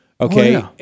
Okay